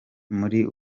muri